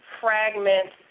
fragments